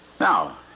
Now